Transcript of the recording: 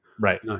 Right